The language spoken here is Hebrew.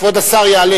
כבוד השר יעלה